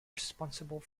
responsible